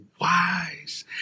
wise